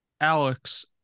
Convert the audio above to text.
Alex